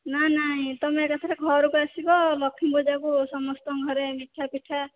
ନା ନାଇଁ ତମେ ଏକାଥରେ ଘରକୁ ଆସିବ ଲକ୍ଷ୍ମୀ ପୂଜାକୁ ସମସ୍ତଙ୍କ ଘରେ ମିଠା ପିଠା